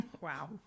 Wow